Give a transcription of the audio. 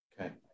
Okay